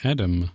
Adam